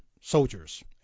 soldiers